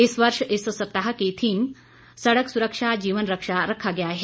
इस वर्ष इस सप्ताह का थीम सड़क सुरक्षा जीवन रक्षा रखा गया है